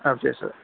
okay sir